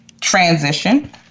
transition